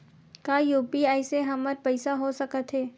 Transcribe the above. का यू.पी.आई से हमर पईसा हो सकत हे?